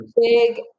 big –